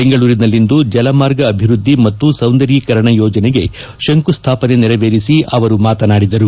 ಬೆಂಗಳೂರಿನಲ್ಲಿಂದು ಜಲಮಾರ್ಗ ಅಭಿವೃದ್ದಿ ಮತ್ತು ಸೌಂದರೀಕರಣ ಯೋಜನೆಗೆ ಶಂಕು ಸ್ಥಾಪನೆ ನೆರವೇರಿಸಿ ಅವರು ಮಾತನಾಡಿದರು